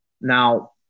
Now